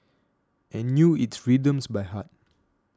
and knew its rhythms by heart